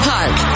Park